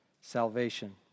salvation